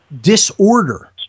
disorder